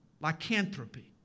Lycanthropy